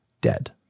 dead